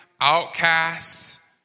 outcasts